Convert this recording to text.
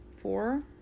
Four